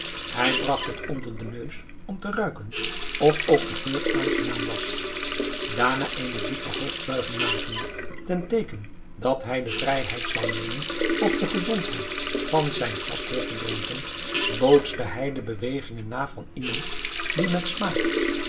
hij bragt het onder den neus om te ruiken of ook de geur aangenaam was daarna eene diepe hoofdbuiging makende ten teeken dat hij de vrijheid zou nemen op de gezondheid van zijn gastheer te drinken bootste hij de bewegingen na van iemand die met smaak